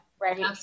Right